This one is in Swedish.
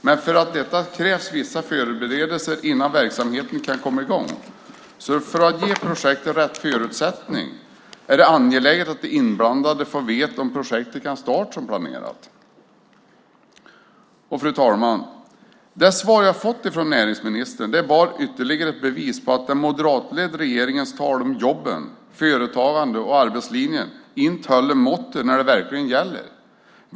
Men för detta krävs vissa förberedelser innan verksamheten kan komma i gång, så för att ge projektet rätt förutsättning är det angeläget att de inblandade får veta om projektet kan starta som planerat. Fru talman! Det svar jag fått från näringsministern är bara ytterligare ett bevis på att den moderatledda regeringens tal om jobben, företagandet och arbetslinjen inte håller måttet när det verkligen gäller.